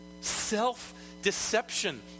Self-deception